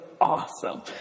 awesome